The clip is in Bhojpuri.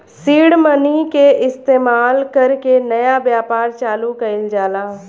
सीड मनी के इस्तमाल कर के नया व्यापार चालू कइल जाला